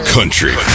Country